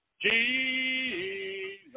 Jesus